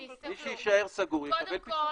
כן, מי שיישאר סגור יקבל פיצוי.